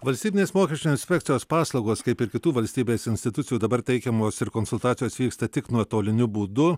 valstybinės mokesčių inspekcijos paslaugos kaip ir kitų valstybės institucijų dabar teikiamos ir konsultacijos vyksta tik nuotoliniu būdu